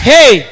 Hey